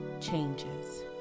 changes